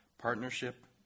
partnership